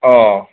অ